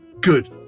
Good